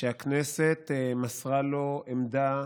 שהכנסת מסרה לו עמדה